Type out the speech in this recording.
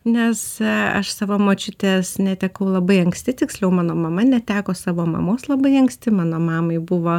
nes aš savo močiutės netekau labai anksti tiksliau mano mama neteko savo mamos labai anksti mano mamai buvo